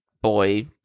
Boy